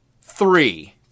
Three